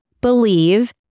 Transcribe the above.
believe